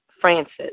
Francis